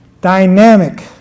dynamic